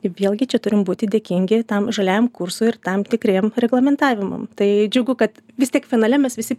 vėlgi čia turim būti dėkingi tam žaliajam kursui ir tam tikriem reglamentavimam tai džiugu kad vis tiek finale mes visi